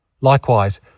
Likewise